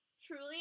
truly